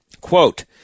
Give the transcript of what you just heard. Quote